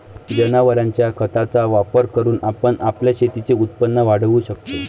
जनावरांच्या खताचा वापर करून आपण आपल्या शेतीचे उत्पन्न वाढवू शकतो